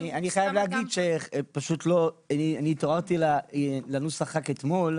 אני חייב להגיד שאני התעוררתי לנוסח רק אתמול.